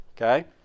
okay